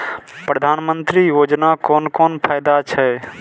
प्रधानमंत्री योजना कोन कोन फायदा छै?